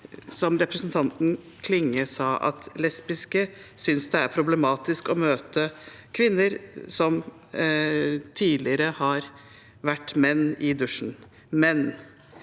som representanten Klinge sa, at lesbiske synes det er problematisk å møte kvinner som tidligere har vært menn, i dusjen – men